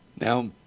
Now